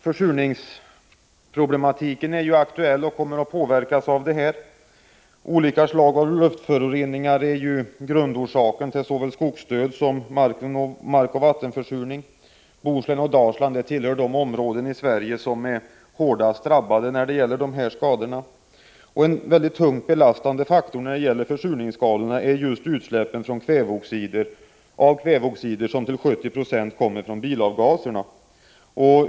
Försurningsproblematiken är ju aktuell och kommer att påverkas av det här; olika slag av luftföroreningar är grundorsaken till såväl skogsdöd som markoch vattenförsurning. Bohuslän och Dalsland tillhör de områden i Sverige som är hårdast drabbade av sådana skador. En tungt belastande faktor när det gäller försurningsskadorna är just utsläppen av kväveoxider, som till 70 36 kommer från bilavgaserna.